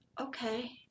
Okay